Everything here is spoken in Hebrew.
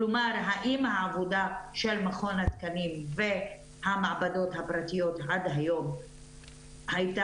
כלומר האם העבודה של מכון התקנים והמעבדות הפרטיות עד היום היתה